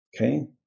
Okay